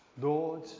Lord